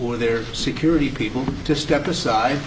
or their security people to step aside